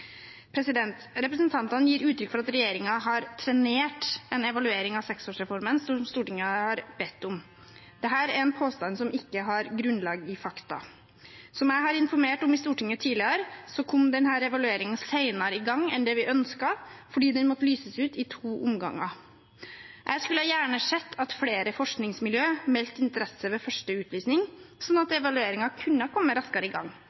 Representantene gir uttrykk for at regjeringen har trenert en evaluering av seksårsreformen, som Stortinget har bedt om. Dette er en påstand som ikke har grunnlag i fakta. Som jeg har informert om i Stortinget tidligere, kom denne evalueringen senere i gang enn det vi ønsket, fordi den måtte lyses ut i to omganger. Jeg skulle gjerne sett at flere forskningsmiljøer meldte interesse ved første utlysning, slik at evalueringen kunne kommet raskere i gang.